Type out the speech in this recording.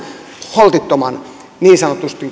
holtittoman niin sanotun